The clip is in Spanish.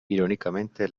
irónicamente